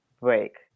break